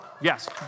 Yes